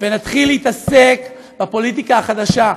ונתחיל להתעסק בפוליטיקה החדשה,